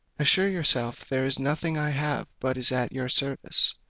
assure yourself there is nothing i have but is at your service,